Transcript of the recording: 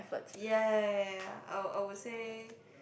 ya ya ya ya ya I I would say